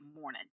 morning